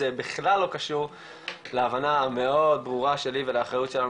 זה בכלל לא קשור להבנה המאוד ברורה שלי ולאחריות שלנו